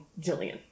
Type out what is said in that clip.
jillian